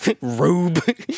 rube